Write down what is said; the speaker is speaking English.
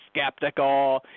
skeptical